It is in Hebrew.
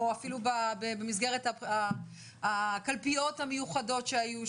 או אפילו במסגרת הקלפיות המיוחדות שהיו.